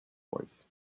voice